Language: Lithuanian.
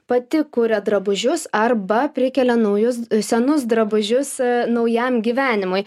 pati kuria drabužius arba prikelia naujus senus drabužius naujam gyvenimui